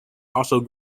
also